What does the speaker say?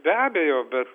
be abejo bet